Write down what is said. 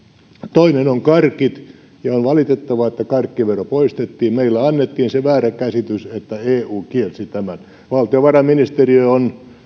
toinen on karkit ja on valitettavaa että karkkivero poistettiin meille annettiin se väärä käsitys että eu kielsi tämän valtiovarainministeriö on en